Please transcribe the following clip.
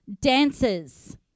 dancers